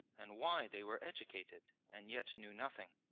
and why they were educated, and yet knew nothing.